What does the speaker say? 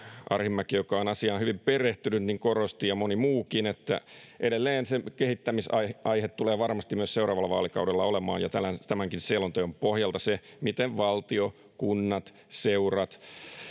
arhinmäki joka on asiaan hyvin perehtynyt ja moni muukin korosti edelleen se kehittämisaihe tulee varmasti myös seuraavalla vaalikaudella olemaan ja tämänkin selonteon pohjalta se miten valtio kunnat seurat